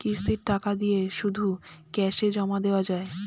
কিস্তির টাকা দিয়ে শুধু ক্যাসে জমা দেওয়া যায়?